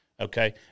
Okay